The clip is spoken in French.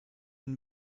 une